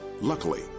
Luckily